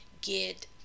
get